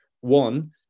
One